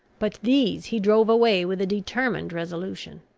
but these he drove away with a determined resolution.